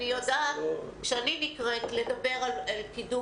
אני יודעת שכאשר אני נקראת לדבר על קידום